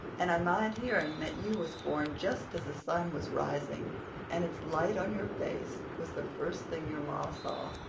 and i mind hearing that you was born just as the sun was rising and its light on your face was the first thing your ma saw.